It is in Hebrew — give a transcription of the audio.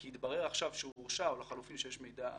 כי התברר עכשיו שהוא הורשע או לחלופין שיש מידע חמור,